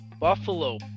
Buffalo